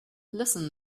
listen